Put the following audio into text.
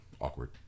awkward